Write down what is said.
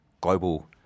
global